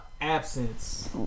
Absence